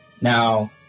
Now